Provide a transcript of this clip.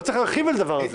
לא צריך להרחיב על הדבר הזה.